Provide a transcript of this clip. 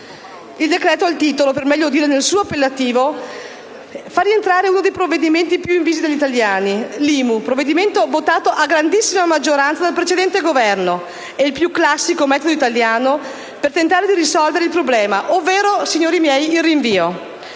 municipale. Nel titolo, o per meglio dire, nel suo appellativo, si fa rientrare uno dei provvedimenti più invisi dagli italiani, l'IMU, votato a grandissima maggioranza dal precedente Governo, e il più classico metodo italiano per tentare di risolvere il problema, ovvero il rinvio.